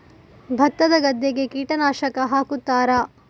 ಭತ್ತದ ಗದ್ದೆಗೆ ಕೀಟನಾಶಕ ಹಾಕುತ್ತಾರಾ?